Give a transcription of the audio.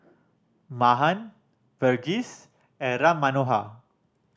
Mahan Verghese and Ram Manohar